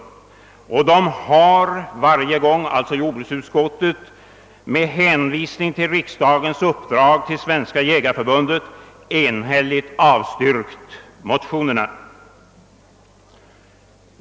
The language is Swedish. Jordbruksutskottet har varje gång med hänvisning till riksdagens uppdrag till Svenska jägareförbundet enhälligt avstyrkt motionerna.